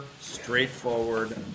straightforward